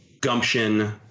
gumption